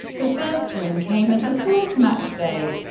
the first win came at the fourth matchday,